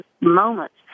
moments